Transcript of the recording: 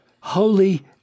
holy